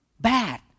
bad